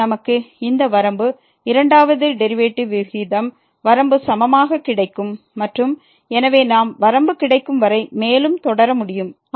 பின்னர் நமக்கு இந்த வரம்பு இரண்டாவது டெரிவேட்டிவ் விகிதம் வரம்பு சமமாக கிடைக்கும் மற்றும் எனவே நாம் வரம்பு கிடைக்கும் வரை மேலும் தொடர முடியும்